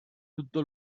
tutto